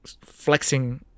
flexing